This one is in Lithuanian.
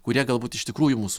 kurie galbūt iš tikrųjų mūsų